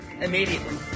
immediately